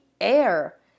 air